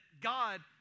God